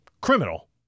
criminal